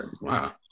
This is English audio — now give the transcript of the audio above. wow